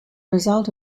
result